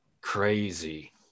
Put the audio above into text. crazy